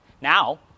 Now